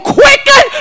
quicken